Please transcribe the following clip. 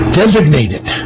designated